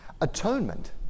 Atonement